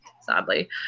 sadly